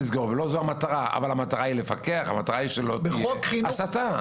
המטרה היא לפקח שלא תהיה הסתה.